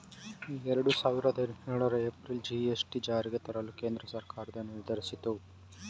ಎರಡು ಸಾವಿರದ ಹದಿನೇಳರ ಏಪ್ರಿಲ್ ಜಿ.ಎಸ್.ಟಿ ಜಾರಿಗೆ ತರಲು ಕೇಂದ್ರ ಸರ್ಕಾರ ನಿರ್ಧರಿಸಿತು